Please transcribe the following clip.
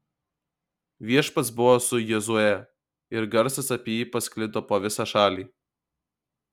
viešpats buvo su jozue ir garsas apie jį pasklido po visą šalį